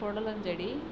புடலஞ்செடி